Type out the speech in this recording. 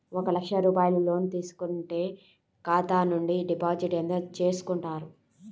ఒక లక్ష రూపాయలు లోన్ తీసుకుంటే ఖాతా నుండి డిపాజిట్ ఎంత చేసుకుంటారు?